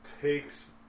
takes